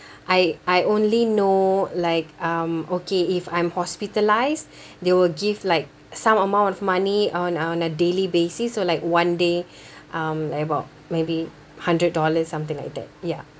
I I only know like um okay if I'm hospitalised they will give like some amount of money on a on a daily basis so like one day um like about maybe hundred dollars something like that ya